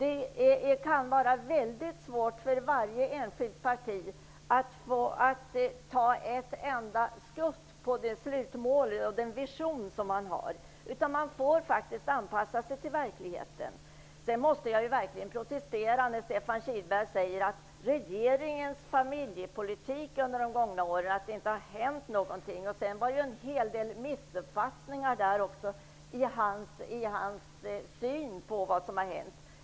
Det kan vara väldigt svårt för ett enskilt parti att ta ett enda skutt mot det slutmål och den vision man har. Man får faktiskt anpassa sig till verkligheten. Jag måste verkligen protestera när Stefan Kihlberg talar om regeringens familjepolitik under de gångna åren och säger att det inte har hänt någonting. Det fanns en hel del missuppfattningar i hans syn på vad som har hänt.